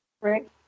right